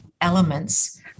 elements